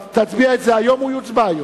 תצביע על זה היום, הוא יוצבע היום.